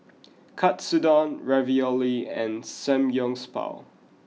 Katsudon Ravioli and Samgyeopsal